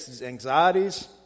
anxieties